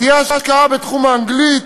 תהיה השקעה בתחום האנגלית,